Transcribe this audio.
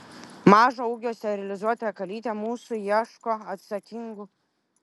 mažo ūgio sterilizuota kalytė musė ieško atsakingų šeimininkų